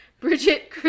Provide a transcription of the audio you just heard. Bridget